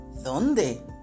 ¿Dónde